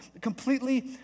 completely